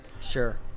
Sure